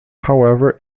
however